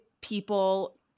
people